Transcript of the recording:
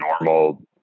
normal